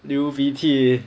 流鼻涕